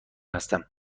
هستم